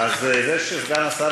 חיילים ואזרחים, אויב שיצא בתחושת הישג,